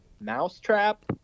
Mousetrap